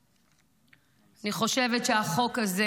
אני חושבת שהחוק הזה